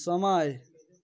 समय